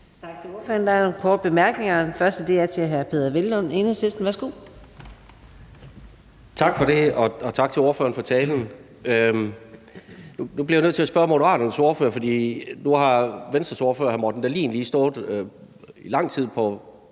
Tak til ordføreren. Der er nogle korte bemærkninger, og den første er til hr. Peder Hvelplund, Enhedslisten. Værsgo. Kl. 18:58 Peder Hvelplund (EL): Tak for det, og tak til ordføreren for talen. Nu bliver jeg jo nødt til at spørge Moderaterne om noget, for nu har Venstres ordfører, hr. Morten Dahlin, lige i lang tid stået